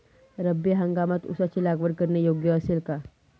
रब्बी हंगामात ऊसाची लागवड करणे योग्य असेल का?